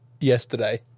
yesterday